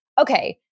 okay